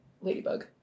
ladybug